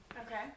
Okay